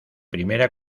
primera